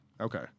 Okay